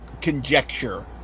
conjecture